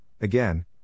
again